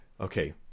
okay